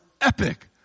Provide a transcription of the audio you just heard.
epic